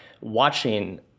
watching